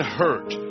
hurt